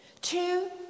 Two